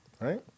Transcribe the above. Right